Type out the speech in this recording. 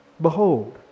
Behold